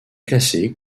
classée